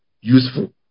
useful